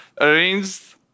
arranged